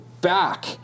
back